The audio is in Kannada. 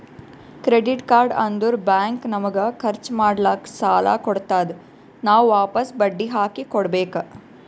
ಕ್ರೆಡಿಟ್ ಕಾರ್ಡ್ ಅಂದುರ್ ಬ್ಯಾಂಕ್ ನಮಗ ಖರ್ಚ್ ಮಾಡ್ಲಾಕ್ ಸಾಲ ಕೊಡ್ತಾದ್, ನಾವ್ ವಾಪಸ್ ಬಡ್ಡಿ ಹಾಕಿ ಕೊಡ್ಬೇಕ